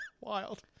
wild